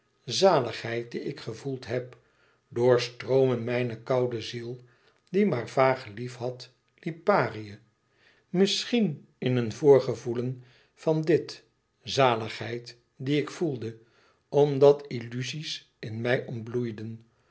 zaligheid die ik gevoeld heb doorstroomen mijne koude ziel die maar vaag liefhad liparië misschien in een voorgevoelen van dit zaligheid die ik voelde omdat illuzie's in mij ontbloeiden